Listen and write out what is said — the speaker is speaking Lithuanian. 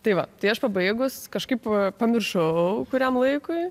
tai va tai aš pabaigus kažkaip pamiršau kuriam laikui